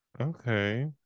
Okay